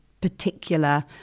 particular